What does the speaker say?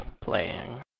playing